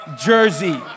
jersey